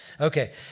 Okay